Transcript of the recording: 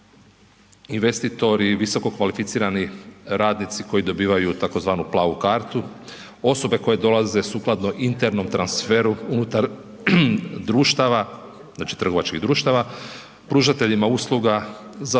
investitori, visokokvalificirani radnici koji dobivaju tzv. plavu kartu, osobe koje dolaze sukladno internom transferu unutar društava, znači trgovačkih društava, pružateljima usluga za